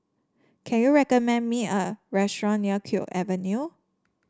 can you recommend me a restaurant near Kew Avenue